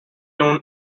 known